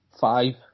five